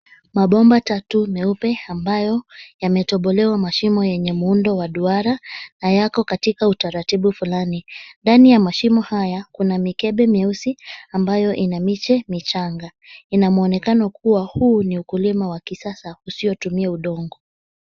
Mabomba tatu meupe ambayo yametobolewa mashimo yenye muundo wa duara na yako katika utaratibu fulani. Ndani ya mashimo haya kuna mikebe mieusi ambayo ina miche michanga. Ina mwonekano kuwa, huu ni ukulima wa kisasa usiotumia udongo.